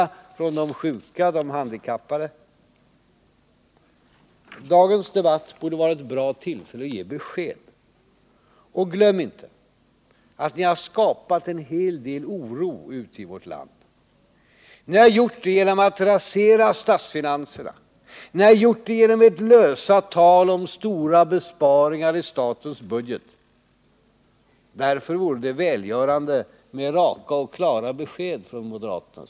Är det från de sjuka? Är det från de handikappade? Dagens debatt borde vara ett bra tillfälle att ge besked. Och glöm inte, att ni har skapat en hel del oro ute i vårt land. Ni har gjort det genom att rasera statsfinanserna. Ni har gjort det genom ert lösa tal om stora besparingar i statens budget. Därför vore det välgörande med raka och klara besked från moderaterna.